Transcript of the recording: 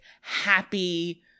happy